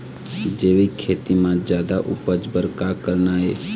जैविक खेती म जादा उपज बर का करना ये?